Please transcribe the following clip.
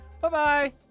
Bye-bye